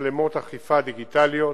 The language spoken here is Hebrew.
מצלמות אכיפה דיגיטליות